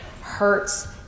hurts